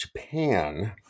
Japan